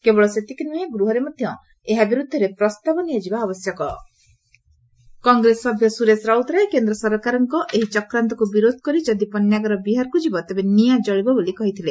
କେବଳ ସେତିକି ନୁହେଁ ଗୂହରେ ମଧ୍ଧ ଏହା ବିରୁଦ୍ଧରେ ପ୍ରସ୍ତାବ ନିଆଯିବା ଆବଶ୍ୟକ ରାଉତରାୟ କେନ୍ଦ୍ର ସରକାରଙ୍କର ଏହି ଚକ୍ରାନ୍ତକୁ ବିରୋଧ କରି ଯଦି ପଣ୍ୟାଗାର ବିହାରକୁ ଯିବ ତେବେ ନିଆଁ ଜଳିବ ବୋଲି କହିଥିଲେ